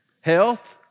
health